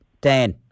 Dan